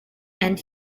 and